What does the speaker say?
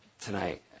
tonight